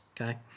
okay